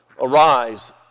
Arise